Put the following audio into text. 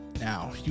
now